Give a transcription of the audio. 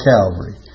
Calvary